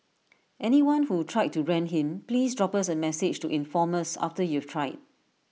anyone who tried to rent him please drop us A message to inform us after you've tried